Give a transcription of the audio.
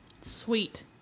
Sweet